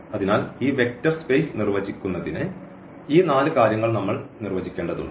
അതിനാൽ ഈ vector space നിർവചിക്കുന്നതിന് ഈ നാല് കാര്യങ്ങൾ നമ്മൾ നിർവചിക്കേണ്ടതുണ്ട്